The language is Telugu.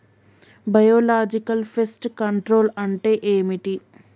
బయోలాజికల్ ఫెస్ట్ కంట్రోల్ అంటే ఏమిటి?